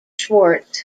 schwartz